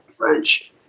French